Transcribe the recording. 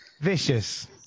vicious